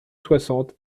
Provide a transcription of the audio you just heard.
soixante